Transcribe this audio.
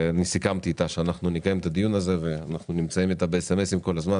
סיכמתי איתה שאנחנו נקיים את הדיון הזה ואנחנו נמצאים בקשר כל הזמן,